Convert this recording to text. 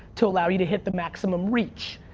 to allow you to hit the maximum reach.